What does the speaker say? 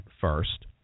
first